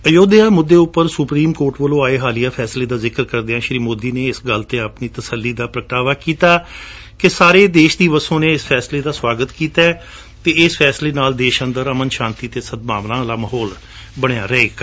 ਅਯੋਧਿਆ ਮੁੱਦੇ ਉਂਪਰ supreme court ਵੱਲੋਂ ਆਏ ਹਾਲੀਆ ਫੈਸਲੇ ਦਾ ਜਿਕਰ ਕਰਦਿਆਂ ਸ਼ੀ ਮੋਦੀ ਨੇ ਇਸ ਗੱਲ ਤੇ ਆਪਣੀ ਤਸੱਲੀ ਦਾ ਪ੍ਰਗਟਾਵਾ ਕੀਤਾ ਕਿ ਸਾਰੇ ਦੀ ਵਸੋਂ ਨੇ ਇਸ ਫੈਸਲੇ ਦਾ ਸਵਾਗਤ ਕੀਤੈ ਅਤੇ ਇਸ ਫੈਸਲੇ ਨਾਲ ਦੇਸ਼ ਅੰਦਰ ਅਮਨ ਸ਼ਾਂਤੀ ਅਤੇ ਸਦਭਾਵਨਾ ਵਾਲਾ ਮਾਹੌਲ ਰਹੇਗਾ